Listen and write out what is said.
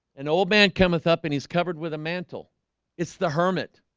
an old man cometh up and he's covered with a mantle it's the hermit